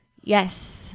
Yes